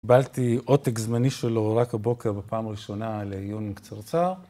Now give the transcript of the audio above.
קיבלתי עותק זמני שלו רק הבוקר בפעם הראשונה לעיון קצרצר.